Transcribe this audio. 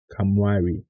Kamwari